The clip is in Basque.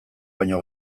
baino